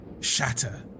shatter